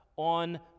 On